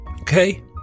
Okay